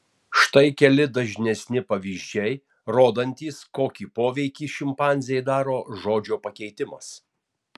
štai keli dažnesni pavyzdžiai rodantys kokį poveikį šimpanzei daro žodžio pakeitimas